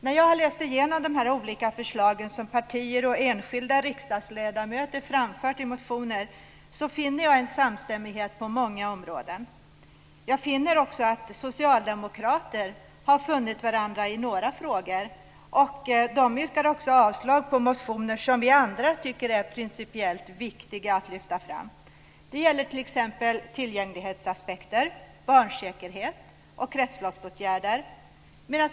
När jag läser igenom de olika förslag som partier och enskilda riksdagsledamöter har framfört i motioner finner jag en samstämmighet på många områden. Jag finner också att socialdemokrater och moderater har funnit varandra i några frågor, och de yrkar avslag på motioner som vi andra tycker är principiellt viktiga att lyfta fram. Det gäller t.ex. tillgänglighetsaspekter, barnsäkerhet och kretsloppsåtgärder.